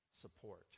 support